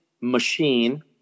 machine